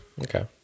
Okay